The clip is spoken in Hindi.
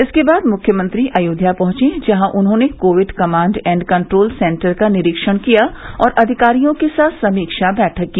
इसके बाद मुख्यमंत्री अयोध्या पहुंचे जहां उन्होंने COVID command and control centre का निरीक्षण किया और अधिकारियों के साथ समीक्षा बैठक की